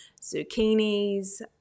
zucchinis